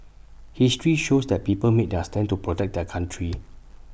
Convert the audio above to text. history shows that people made their stand to protect their country